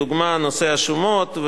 לדוגמה נושא השומות,